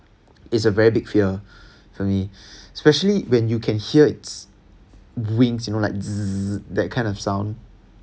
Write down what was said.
it's a very big fear for me specially when you can hear its wing you know like that kind of sound